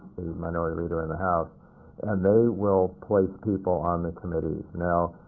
minority leader in the house and they will place people on the committees. now,